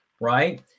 right